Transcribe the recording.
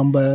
நம்ம